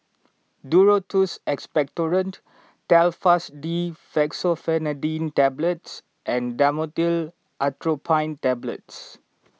Duro Tuss Expectorant Telfast D Fexofenadine Tablets and Dhamotil Atropine Tablets